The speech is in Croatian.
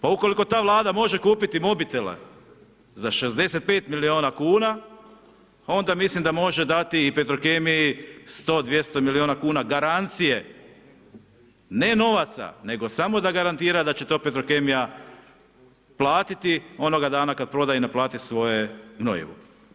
Pa ukoliko ta Vlada može kupiti mobitele za 65 milijuna kuna, onda mislim da može dati i petrokemiji 100-200 milijuna kuna garancije, ne novaca, nego samo da garantira da će to petrokemija platiti onoga dana kada prodaje i napalit svoje gnojivo.